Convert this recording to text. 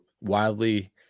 wildly